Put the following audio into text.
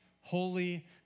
holy